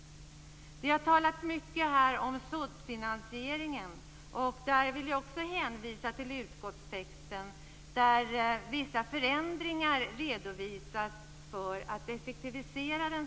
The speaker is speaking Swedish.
Det har talats mycket här om såddfinansieringen. Här vill jag också hänvisa till utskottstexten, där vissa förändringar redovisas för att effektivisera den.